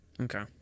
Okay